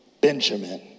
Benjamin